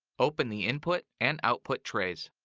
open the input and output trays.